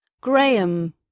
Graham